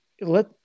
let